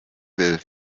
will